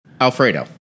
Alfredo